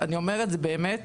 אני באמת אומרת,